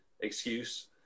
excuse